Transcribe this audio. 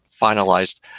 finalized